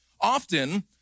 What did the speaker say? often